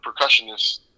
percussionist